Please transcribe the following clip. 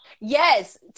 Yes